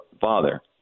father